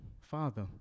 Father